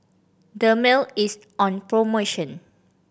Dermale is on promotion